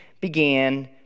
began